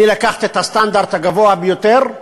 אני לקחתי את הסטנדרט הגבוה ביותר,